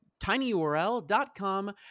tinyurl.com